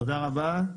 תודה רבה,